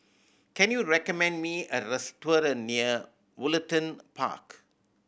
can you recommend me a restaurant near Woollerton Park